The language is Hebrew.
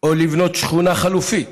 או לבנות שכונה חלופית